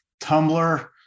tumblr